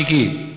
מיקי,